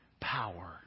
power